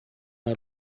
não